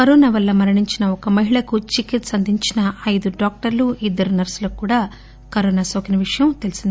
corona వల్ల మరణించిన ఒక మహిళకు చికిత్ప అందించిన ఐదు డాక్టర్లు ఇద్దరు నర్సులు కూడా కరోనా నోకినట్లు తెలిసింది